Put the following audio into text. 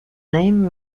name